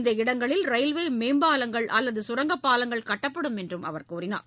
இந்த இடங்களில் ரயில்வே மேம்பாலங்கள் அல்லது கரங்கப்பாலங்கள் கட்டப்படும் என்றும் அவர் தெரிவித்தார்